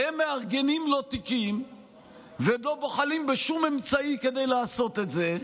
והם מארגנים לו תיקים ולא בוחלים בשום אמצעי כדי לעשות את זה.